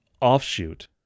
offshoot